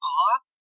off